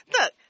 look